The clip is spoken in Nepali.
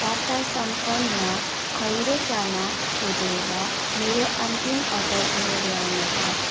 टाटा सम्पन्न खैरो चना छोडेर मेरो अन्तिम अर्डर दोहोऱ्याउनुहोस्